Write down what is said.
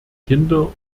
kinder